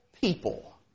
people